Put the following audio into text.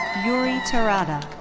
yuri terada.